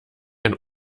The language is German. ein